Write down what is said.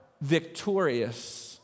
victorious